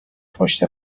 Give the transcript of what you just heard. پشت